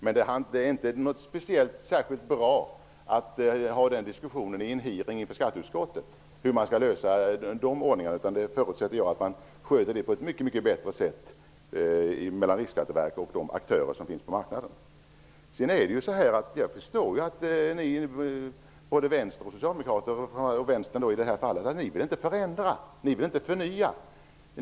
Men det är inte speciellt bra att föra diskussionen om hur detta skall skötas i en hearing i skatteutskottet. Jag förutsätter att man sköter detta på ett mycket bättre sätt mellan Riksskatteverket och aktörerna på marknaden. Jag förstår att Socialdemokraterna och i det här fallet Vänstern inte vill förändra och förnya i detta avseende.